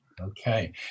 Okay